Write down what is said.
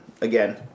Again